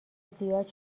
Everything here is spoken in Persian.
زیاد